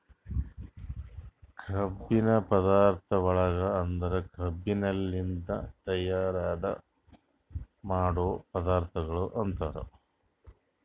ಕಬ್ಬಿನ ಪದಾರ್ಥಗೊಳ್ ಅಂದುರ್ ಕಬ್ಬಿನಲಿಂತ್ ತೈಯಾರ್ ಮಾಡೋ ಪದಾರ್ಥಗೊಳ್ ಅಂತರ್